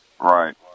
Right